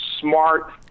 smart